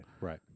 Right